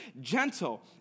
gentle